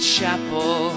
Chapel